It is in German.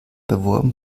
beworben